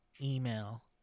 email